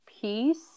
peace